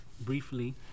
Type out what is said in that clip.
briefly